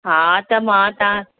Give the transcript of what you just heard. हा त मां तव्हां